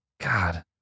God